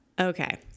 Okay